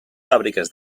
fàbriques